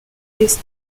this